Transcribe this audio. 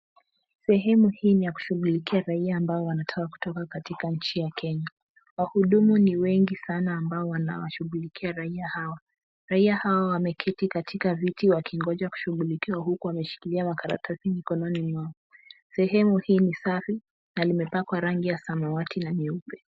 Sehemu hii ni ya kushughulikia raia ambao wanataka kutoka katika nchi ya Kenya. Wahudumu ni wengi sana ambao wanawashughulikia raia hao. Raia hao wameketi katika viti wakingoja kushughulikiwa huku wameshikilia makaratasi mkononi mwao. Sehemu hii ni safi na limepakwa rangi ya samawati na nyeupe.